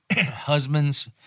husbands